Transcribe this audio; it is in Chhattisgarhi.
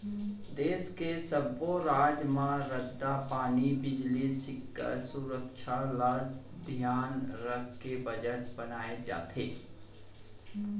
देस के सब्बो राज म रद्दा, पानी, बिजली, सिक्छा, सुरक्छा ल धियान राखके बजट बनाए जाथे